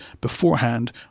beforehand